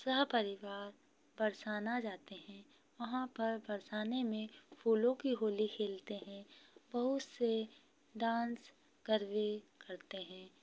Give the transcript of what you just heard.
सह परिवार बरसाना जाते हैं वहाँ पर बरसाने में फूलों की होली खेलते हैं बहुत से डांस करवे करते हैं